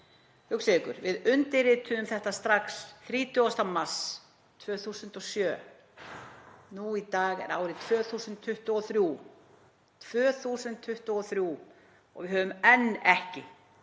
Hugsið ykkur, við undirrituðum þetta 30. mars 2007. Nú í dag er árið 2023 og við höfum enn ekki,